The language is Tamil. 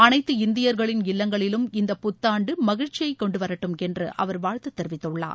அனைத்து இந்தியர்களின் இல்லங்களிலும் இந்த புத்தாண்டு மகிழ்ச்சியை கொண்டு வரட்டும் என்று அவர் வாழ்த்து தெரிவித்துள்ளார்